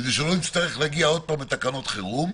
כדי שלא נצטרך להגיע עוד פעם לתקנות חירום,